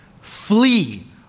Flee